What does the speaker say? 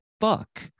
fuck